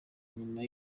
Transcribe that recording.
inyuma